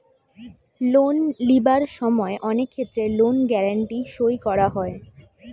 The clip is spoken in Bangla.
লোন লিবার সময় অনেক ক্ষেত্রে লোন গ্যারান্টি সই করা হয়